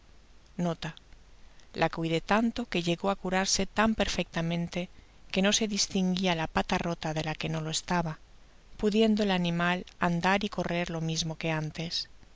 la cuidé tanto que llegó á curarse tan perfectamente que no se distinguia la pata rota de la que no lo estaba pudiendo el animal andar y correr lo mismo que antes